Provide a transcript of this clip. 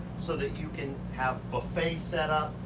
so that you can have buffet set up.